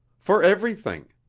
for everything.